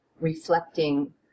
reflecting